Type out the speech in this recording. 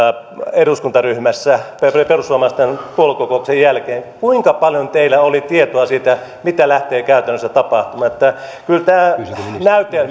eduskuntaryhmässä perussuomalaisten puoluekokouksen jälkeen kuinka paljon teillä oli tietoa siitä mitä lähtee käytännössä tapahtumaan kyllä tämä näytelmä